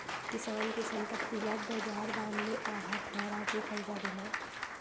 किसान के संपत्ति ल बजार दाम ले आधा ठहरा के करजा देना